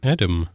Adam